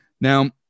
Now